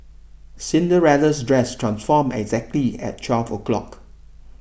Cinderella's dress transformed exactly at twelve o'clock